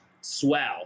swell